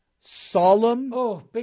solemn